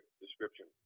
description